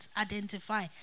identify